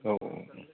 औ औ